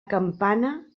campana